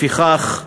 לפיכך,